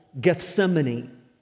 Gethsemane